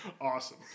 Awesome